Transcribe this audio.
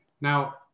Now